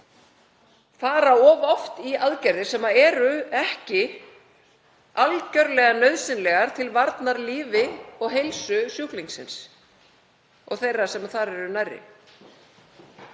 oft sé farið í aðgerðir sem eru ekki algjörlega nauðsynlegar til varnar lífi og heilsu sjúklingsins og þeirra sem þar eru nærri.